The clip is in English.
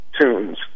tunes